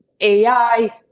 AI